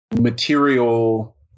material